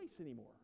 anymore